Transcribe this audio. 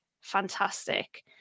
fantastic